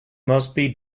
mosby